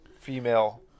Female